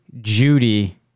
Judy